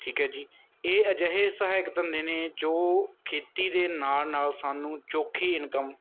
ਠੀਕ ਹੈ ਜੀ ਇਹ ਅਜਿਹੇ ਸਹਾਇਕ ਧੰਦੇ ਨੇ ਜੋ ਖੇਤੀ ਦੇ ਨਾਲ ਨਾਲ ਸਾਨੂੰ ਚੌਖੀ ਇਨਕਮ